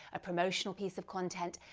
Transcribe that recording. a promotional piece of content.